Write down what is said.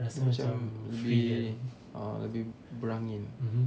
dia macam lebih ah lebih berangin